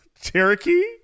Cherokee